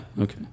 okay